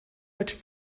wird